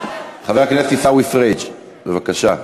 חבר הכנסת עיסאווי פריג', בבקשה.